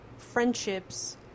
friendships